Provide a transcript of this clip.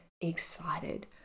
excited